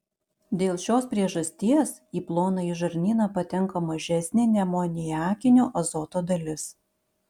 dėl šios priežasties į plonąjį žarnyną patenka mažesnė neamoniakinio azoto dalis